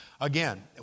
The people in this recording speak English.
again